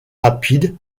rapide